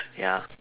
ya